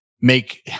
make